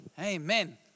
Amen